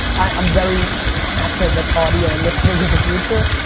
i'm very passionate that audio and listening is the future.